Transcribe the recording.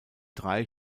drei